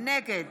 נגד